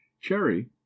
Cherry